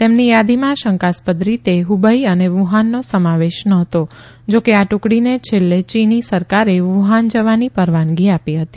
તેમની થાદીમાં શંકાસ્પદ રીતે હુબઇ અને વુહાનનો સમાવેશ ન હતો જો કે આ ટુકડીને છેલ્લે ચીની સરકારેવુહાન જવાની પરવાનગી આપી હતી